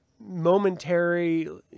Momentary